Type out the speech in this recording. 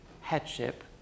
headship